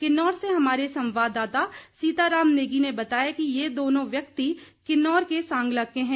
किन्नौर से हमारे संवाददाता सीताराम नेगी ने बताया कि ये दोनों व्यक्ति किन्नौर के सांगला के हैं